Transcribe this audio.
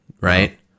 right